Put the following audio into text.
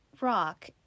rock